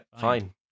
fine